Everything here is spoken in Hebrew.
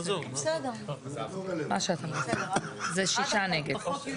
6 נמנעים